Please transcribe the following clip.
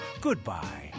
goodbye